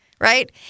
right